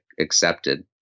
accepted